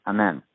Amen